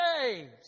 saves